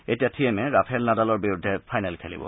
এতিয়া Thiem Rafael নাডালৰ বিৰুদ্ধে ফাইনেল খেলিব